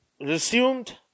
resumed